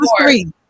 three